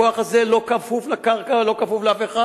הכוח הזה לא כפוף לקרקע, לא כפוף לאף אחד.